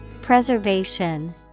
Preservation